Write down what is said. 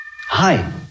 Hi